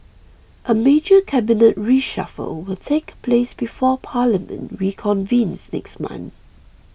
a major Cabinet reshuffle will take place before Parliament reconvenes next month